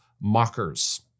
mockers